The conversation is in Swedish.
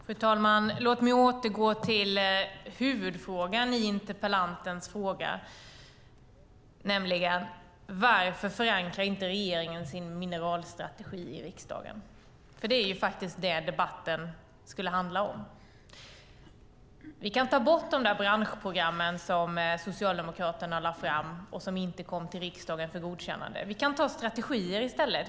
Fru talman! Låt mig återgå till huvudfrågan från interpellanten. Varför förankrar inte regeringen sin mineralstrategi i riksdagen? Det är faktiskt vad debatten skulle handla om. Vi kan ta bort branschprogrammen som Socialdemokraterna lade fram och som inte kom till riksdagen för godkännande. Vi kan ta strategier i stället.